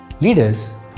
leaders